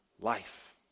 life